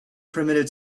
primitive